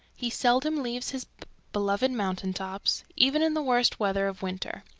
he seldom leaves his beloved mountain-tops, even in the worst weather of winter,